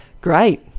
Great